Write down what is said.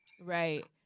Right